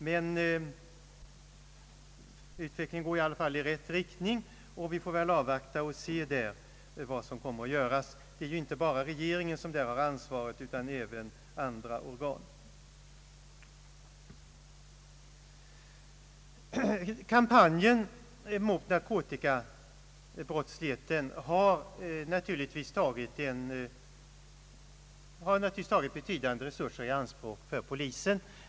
Men utvecklingen går ändå i rätt riktning, och vi får väl avvakta vad som kommer att göras. Inte endast regeringen har ansvaret därvidlag, utan även andra organ. Kampanjen mot narkotikabrottsligheten har naturligtvis tagit betydande resurser i anspråk för polisen.